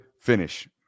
finish